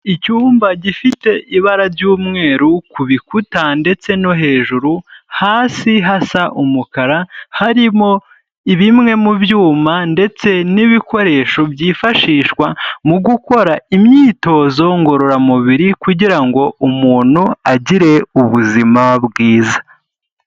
Icyumba gifite ibara ry'umweru ku bikuta ndetse no hejuru, hasi hasa umukara, harimo bimwe mu byuma, ndetse n'ibikoresho byifashishwa mu gukora imyitozo ngororamubiri kugira ngo umuntu agire ubuzima bwiza.